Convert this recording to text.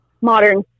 modern